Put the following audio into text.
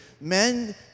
Men